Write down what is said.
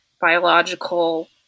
biological